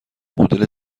مدل